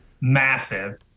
massive